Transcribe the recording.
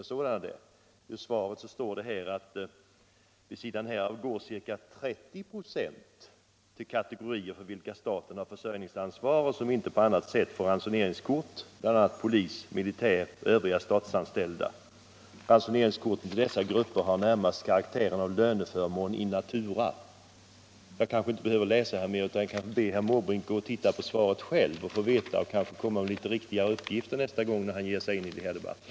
I svaret den 27 november står: ”Vid sidan härav går ca 30 26 till kategorier för vilka staten har försörjningsansvar och som inte på annat sätt får ransoneringskort, bl.a. polis, militär och Övriga statsanställda. Ransoneringskorten till dessa grupper har närmast karaktären av löneförmån in natura.” Jag kanske inte behöver läsa mer utan kan be herr Måbrink att titta på svaret själv för att få besked och kanske komma med litet riktigare uppgifter nästa gång han ger sig in i de här debatterna.